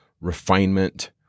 refinement